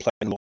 playing